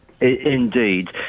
Indeed